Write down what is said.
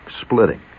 splitting